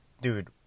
dude